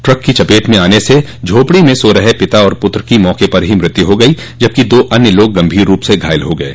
truck की चपेट में आने से झोपड़ी में सो रहे पिता और पुत्र की मौके पर ही मृत्यु हो गयी जबकि दो अन्य लोग गंभीर रूप से घायल हो गये